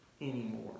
anymore